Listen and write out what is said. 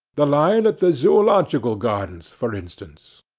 the lion at the zoological gardens, for instance.